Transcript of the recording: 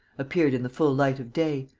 appeared in the full light of day,